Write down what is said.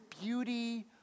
beauty